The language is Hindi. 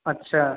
अच्छा